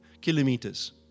kilometers